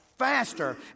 Faster